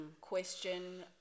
Question